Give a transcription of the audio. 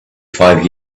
five